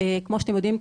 כמו שאתם יודעים,